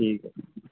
ਠੀਕ ਹੈ